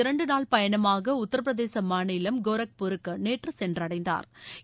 இரண்டு நாள் பயணமாக உத்தரப்பிரதேச மாநிலம் கோரக்பூருக்கு நேற்று சென்றடைந்தாா்